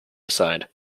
aside